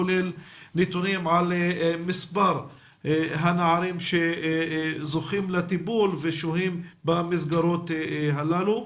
כולל נתונים על מספר הנערים שזוכים לטיפול ושוהים במסגרות הללו.